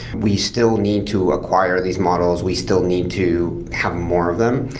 we still need to acquire these models, we still need to have more of them.